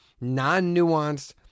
non-nuanced